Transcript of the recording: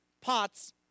pots